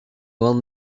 will